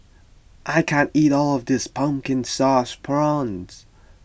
I can't eat all of this Pumpkin Sauce Prawns